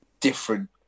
different